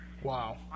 Wow